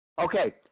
Okay